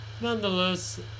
Nonetheless